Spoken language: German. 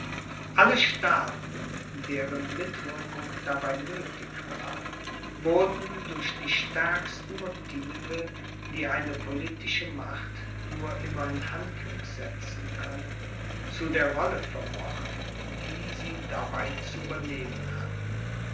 alle staaten deren mitwirkung dabei nöthig war wurden durch die stärksten motive die eine politische macht nur immer in handlung setzen können zu der rolle vermocht die sie dabei zu übernehmen hatten